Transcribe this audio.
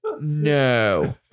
No